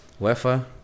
UEFA